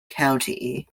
county